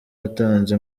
yatanze